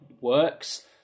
works